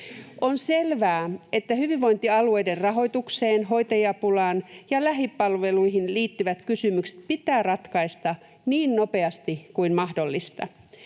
On selvää, että hyvinvointialueiden rahoitukseen, hoitajapulaan ja lähipalveluihin liittyvät kysymykset pitää ratkaista niin nopeasti kuin mahdollista.